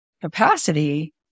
capacity